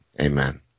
amen